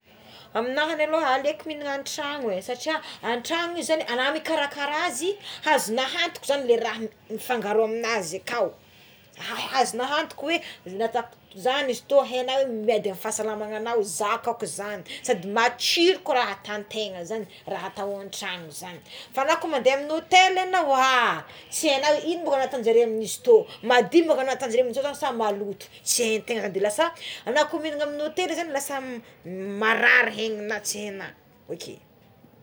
Amignahy aloha aleoko mihinana an-tragno satria ana mikarakara azy azonao hantoka zagny le raha mifangaro anazy aka ahazonao antoko oe za misy fotoagna hena miady amign'ny fahasalamanana za sady matsiro koa raha ataotegna zagny é mba atao antrano zagny fa anakoa mandeha amign'ny hôtely anao a tsy aignao ino ko raha ataonjareo amign'izy tony madio natajareo azo sa maloto tsy haintegna tegna de lasa alako mihinana amign'ny hôtely zagny lasa marary egnina tsy hena, ok.